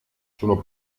sono